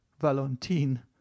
Valentine